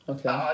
Okay